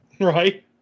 right